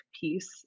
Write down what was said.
piece